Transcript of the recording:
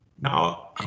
Now